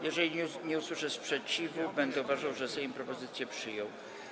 Jeżeli nie usłyszę sprzeciwu, będę uważał, że Sejm propozycje przyjął.